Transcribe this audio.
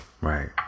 Right